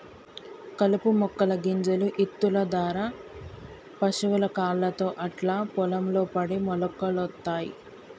కలుపు మొక్కల గింజలు ఇత్తుల దారా పశువుల కాళ్లతో అట్లా పొలం లో పడి మొలకలొత్తయ్